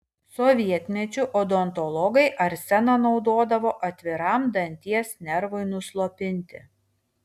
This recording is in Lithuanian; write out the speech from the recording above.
sovietmečiu odontologai arseną naudodavo atviram danties nervui nuslopinti